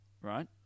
right